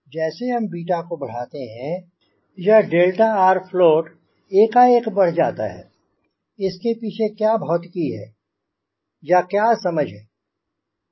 जैसे हम 𝛽 को बढ़ाते हैं यह 𝛿rfloatएकाएक बढ़ जाता है इसके पीछे क्या भौतिकी है या क्या समझ है